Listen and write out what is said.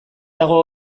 dago